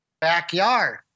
backyard